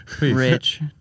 Rich